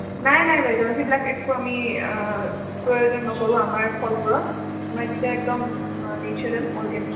নাই নাই বাইদেউ সেইবিলাক একো আমি প্ৰয়োজন নকৰোঁ আমাৰ ফলবোৰত আমাৰ কেইটা একদম নেচাৰেল অৰ্গেনিক হয়